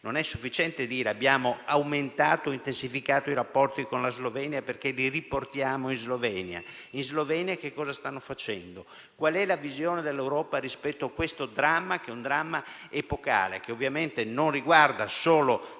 Non è sufficiente dire che abbiamo aumentato ed intensificato i rapporti con la Slovenia perché li riportiamo in Slovenia. Cosa stanno facendo in Slovenia? Qual è la visione dell'Europa rispetto a questo dramma che è epocale, che ovviamente non riguarda solo